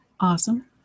awesome